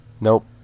Nope